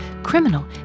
Criminal